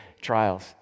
Trials